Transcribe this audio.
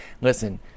Listen